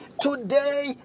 today